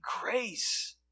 grace